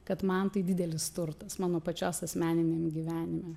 kad man tai didelis turtas mano pačios asmeniniame gyvenime